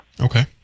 Okay